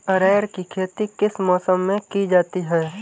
अरहर की खेती किस मौसम में की जाती है?